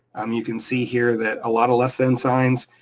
um you can see here that a lot of less than signs,